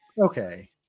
Okay